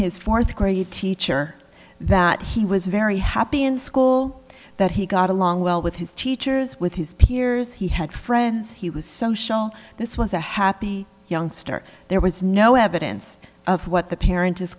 his fourth grade teacher that he was very happy in school that he got along well with his teachers with his peers he had friends he was social this was a happy youngster there was no evidence of what the parent is